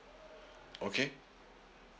okay